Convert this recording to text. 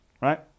right